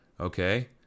Okay